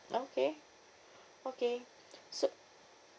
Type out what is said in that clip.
okay okay so